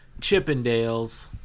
Chippendales